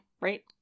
right